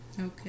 Okay